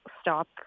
stop